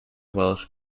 welsh